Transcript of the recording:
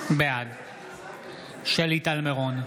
בעד שלי טל מירון,